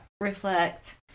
reflect